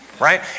right